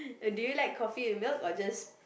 uh do you like coffee with milk or just